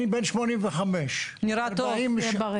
אני בן 85. נראה טוב, שתהיה בריא.